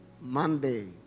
Monday